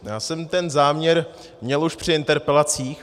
Já jsem ten záměr měl už při interpelacích.